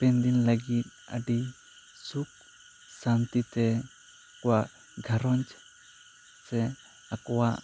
ᱦᱟᱯᱮᱱ ᱫᱤᱱ ᱞᱟᱹᱜᱤᱫ ᱟᱹᱰᱤ ᱥᱩᱠ ᱥᱟᱱᱛᱤ ᱛᱮ ᱟᱠᱚᱣᱟᱜ ᱜᱷᱟᱨᱚᱸᱡᱽ ᱥᱮ ᱟᱠᱚᱣᱟᱜ